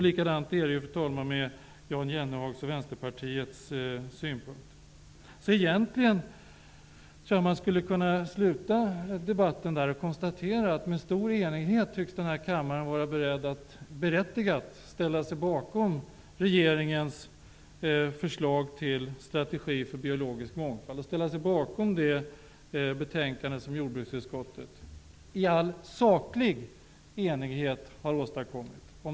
Likadant är det, fru talman, när det gäller Jan Jennehags och Vänsterpartiets syn. Egentligen skulle man kunna sluta debatten där och konstatera att denna kammare med stor enighet tycks vara beredd att berättigat ställa sig bakom regeringens förslag till strategi för biologisk mångfald och det betänkande som jordbruksutskottet i all saklig enighet har åstadkommit.